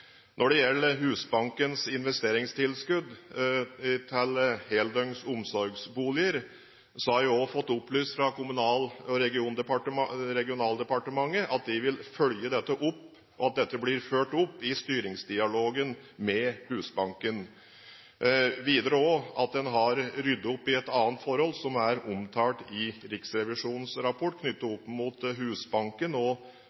Når det gjelder Husbankens investeringstilskudd til heldøgns omsorgsboliger, har jeg også fått opplyst fra Kommunal- og regionaldepartementet at de vil følge dette opp, og at dette blir fulgt opp i styringsdialogen med Husbanken – videre at en også har ryddet opp i et annet forhold som er omtalt i Riksrevisjonens rapport, knyttet opp mot Husbanken og